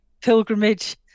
pilgrimage